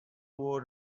wore